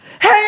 Hey